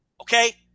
okay